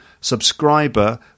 subscriber